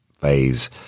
phase